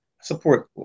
support